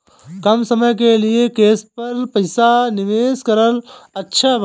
कम समय के लिए केस पर पईसा निवेश करल अच्छा बा?